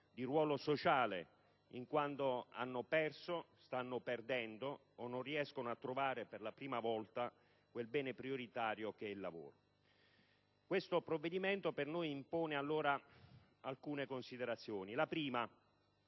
di ruolo sociale, in quanto ha perso, sta perdendo o non riesce a trovare, per la prima volta, quel bene prioritario che è il lavoro. Questo provvedimento impone quindi a nostro avviso alcune considerazioni. La prima.